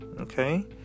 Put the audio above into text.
okay